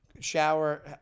shower